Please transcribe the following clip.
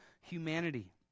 humanity